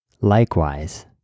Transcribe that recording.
Likewise